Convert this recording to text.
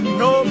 no